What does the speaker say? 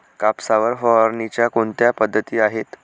कापसावर फवारणीच्या कोणत्या पद्धती आहेत?